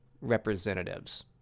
representatives